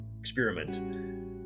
experiment